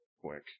Quick